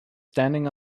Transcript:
standing